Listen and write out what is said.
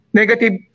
negative